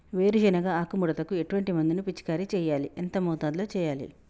వేరుశెనగ ఆకు ముడతకు ఎటువంటి మందును పిచికారీ చెయ్యాలి? ఎంత మోతాదులో చెయ్యాలి?